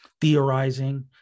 theorizing